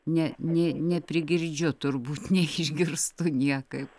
ne nė neprigirdžiu turbūt neišgirstu niekaip